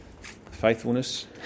Faithfulness